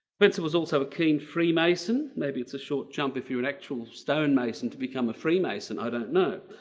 spencer was also a keen freemason. maybe it's a short jump if you're an actual stonemason to become a freemason i don't know.